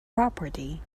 property